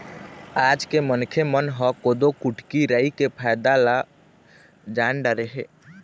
आज के मनखे मन ह कोदो, कुटकी, राई के फायदा ल जान डारे हे